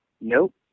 Nope